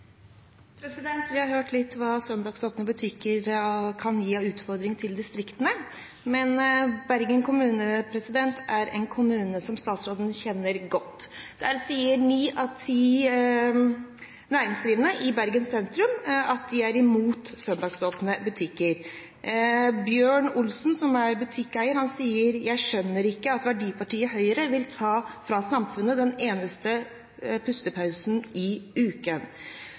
Vi har hørt litt om hva søndagsåpne butikker kan gi av utfordringer for distriktene, men Bergen kommune er en kommune som statsråden kjenner godt. Der sier ni av ti næringsdrivende i Bergen sentrum at de er imot søndagsåpne butikker. Bjørn Olsen, som er butikkeier, sier: «Jeg skjønner ikke at verdipartiet Høyre vil ta fra samfunnet den eneste pustepausen i uken.»